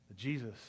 Jesus